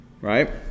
Right